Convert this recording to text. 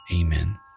Amen